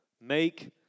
Make